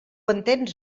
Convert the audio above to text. entens